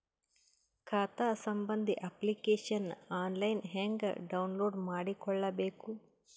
ಖಾತಾ ಸಂಬಂಧಿ application online ಹೆಂಗ್ ಡೌನ್ಲೋಡ್ ಮಾಡಿಕೊಳ್ಳಬೇಕು?